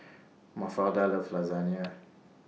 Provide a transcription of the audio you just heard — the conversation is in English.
Mafalda loves Lasagna